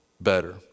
better